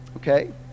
okay